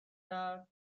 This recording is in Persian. کرد